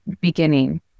beginning